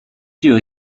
具有